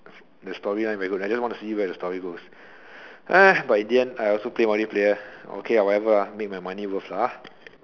the storyline very good I just want to see how the story goes but in the end I still play multiplayer whatever make my money worth